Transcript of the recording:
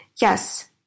Yes